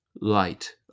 Light